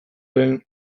lehen